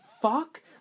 fuck